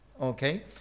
okay